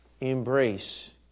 embrace